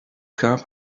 car